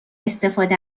استفاده